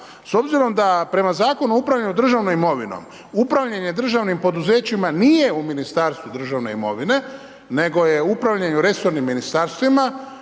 S obzirom da prema Zakonu o upravljanju državnom imovinom, upravljanje državnim poduzećima nije u Ministarstvu državne imovine nego je upravljanje resornim ministarstvima,